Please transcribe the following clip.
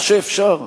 מה שאפשר,